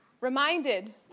reminded